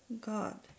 God